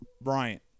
Bryant